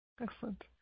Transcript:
Excellent